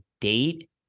date